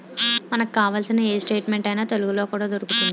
మనకు కావాల్సిన ఏ స్టేట్మెంట్ అయినా తెలుగులో కూడా దొరుకుతోంది